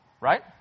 Right